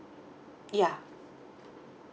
yeah